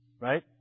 right